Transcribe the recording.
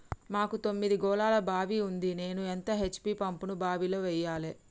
మాకు తొమ్మిది గోళాల బావి ఉంది నేను ఎంత హెచ్.పి పంపును బావిలో వెయ్యాలే?